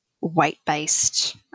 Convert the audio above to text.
weight-based